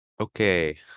okay